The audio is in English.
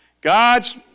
God's